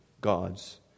God's